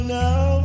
now